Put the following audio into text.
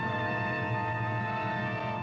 and